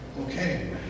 okay